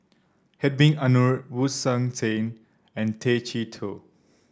Hhedwig Anuar Wu Sang Qin and Tay Chee Toh